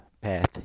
path